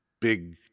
big